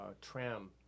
Tram